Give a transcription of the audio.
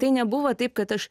tai nebuvo taip kad aš